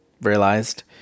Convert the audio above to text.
realized